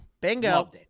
Bingo